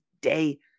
day